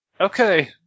Okay